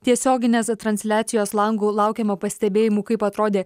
tiesioginės transliacijos langu laukiama pastebėjimų kaip atrodė